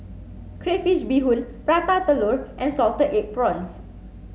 Crayfish Beehoon Orata Telur and salted egg prawns